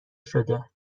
شده